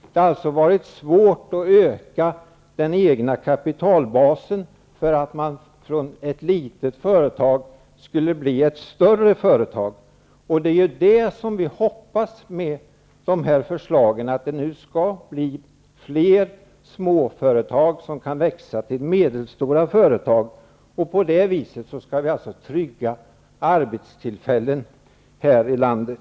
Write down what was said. Det har alltså varit svårt att öka den egna kapitalbasen, så att ett litet företag blir ett större företag. Men med dessa förslag hoppas vi att det skall bli möjligt för fler småföretag att växa till medelstora företag. På detta vis skall vi alltså trygga arbeten här i landet.